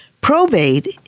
Probate